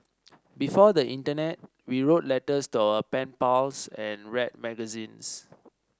before the internet we wrote letters to our pen pals and read magazines